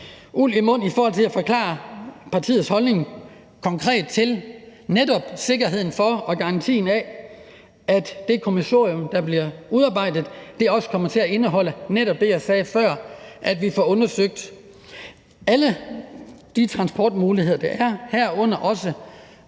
uld i mund i forhold til at forklare partiets holdning, konkret, netop i forhold til sikkerheden for, at garantien for, at det kommissorium, der bliver udarbejdet, også kommer til at indeholde netop det, jeg sagde før: At vi får undersøgt alle de transportmuligheder, der er, herunder også